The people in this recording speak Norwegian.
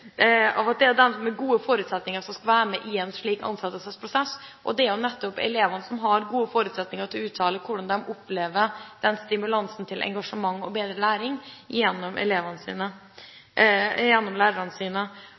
av at det er de med gode forutsetninger som skal være med i en slik ansettelsesprosess, det er nettopp elevene som har gode forutsetninger til å uttale seg om hvordan de opplever den stimulansen til engasjement og bedre læring gjennom lærerne sine.